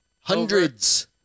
Hundreds